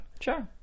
sure